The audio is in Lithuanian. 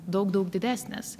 daug daug didesnės